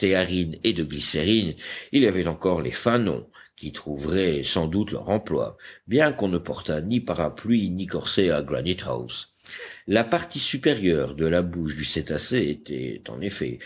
stéarine et de glycérine il y avait encore les fanons qui trouveraient sans doute leur emploi bien qu'on ne portât ni parapluies ni corsets à granite house la partie supérieure de la bouche du cétacé était en effet